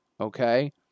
okay